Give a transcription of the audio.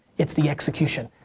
it's the execution.